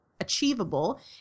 achievable